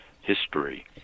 history